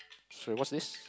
sorry what's this